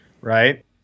right